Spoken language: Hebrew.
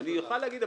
אני אוכל להגיד,